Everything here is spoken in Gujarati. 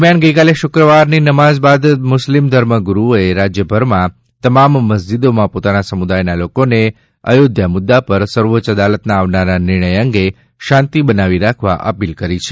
દરમિયાન ગઇકાલે શુક્રવારની નમાજ બાદ મુસ્લિમ ધર્મગુરુઓએ રાજ્યભરમાં તમામ મજ્જિદોમાં પોતાના સમુદાયના લોકોને અયોધ્યા મુદ્દા પર સર્વોચ્ચ અદાલતના આવનારા નિર્ણય અંગે શાંતિ બનાવી રાખવા અપીલ કરી છે